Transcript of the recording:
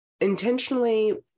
intentionally